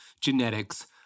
genetics